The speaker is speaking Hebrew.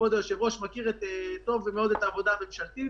וכבוד היושב-ראש מכיר טוב מאוד את העבודה הממשלתית